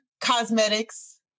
cosmetics